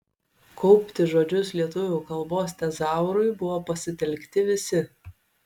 kaupti žodžius lietuvių kalbos tezaurui buvo pasitelkti visi